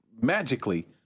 magically